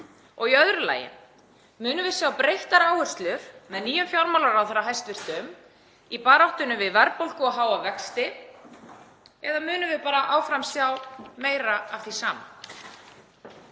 Í öðru lagi: Munum við sjá breyttar áherslur með nýjum fjármálaráðherra í baráttunni við verðbólgu og háa vexti eða munum við bara áfram sjá meira af því sama?